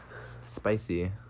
spicy